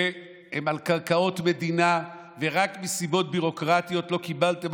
שהם על קרקעות מדינה ורק מסיבות ביורוקרטיות לא קיבלתם